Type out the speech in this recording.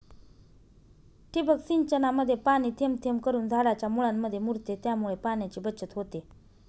ठिबक सिंचनामध्ये पाणी थेंब थेंब करून झाडाच्या मुळांमध्ये मुरते, त्यामुळे पाण्याची बचत होते